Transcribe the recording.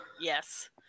yes